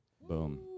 boom